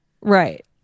Right